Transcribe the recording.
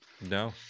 No